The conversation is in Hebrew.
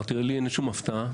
לי אין שום הפתעה,